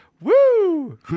Woo